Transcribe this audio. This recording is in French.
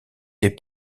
des